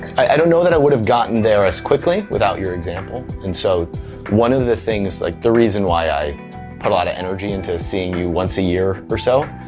i don't know that i would have gotten there as quickly without your example. and so one of the things like, the reason why i put a lot of energy into seeing you once a year or so,